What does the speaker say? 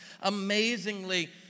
amazingly